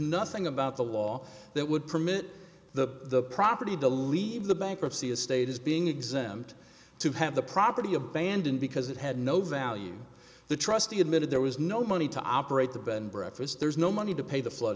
nothing about the law that would permit the property to leave the bankruptcy estate is being exempt to have the property abandoned because it had no value the trustee admitted there was no money to operate the bed and breakfast there's no money to pay the flood